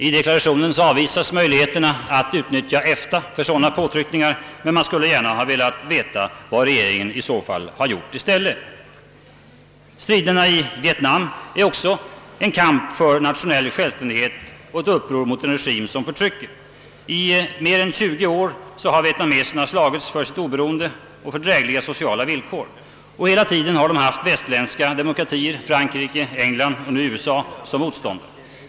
I deklarationen avvisas möjligheterna att utnyttja EFTA för sådana påtryckningar. Men då skulle vi gärna ha velat få veta vad regeringen gjort i stället. Striderna i Vietnam är också en kamp för nationell självständighet och ett uppror mot en regim som förtrycker. I mer än 20 år har vietnameserna slagits för sitt oberoende och för drägliga sociala villkor, och hela tiden har de haft västerländska demokratier — Frankrike, England och nu USA — som motståndare.